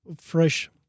fresh